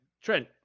Trent